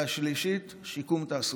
והשלישית, שיקום תעסוקתי.